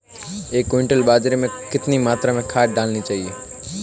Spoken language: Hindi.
एक क्विंटल बाजरे में कितनी मात्रा में खाद डालनी चाहिए?